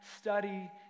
study